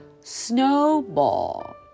Snowball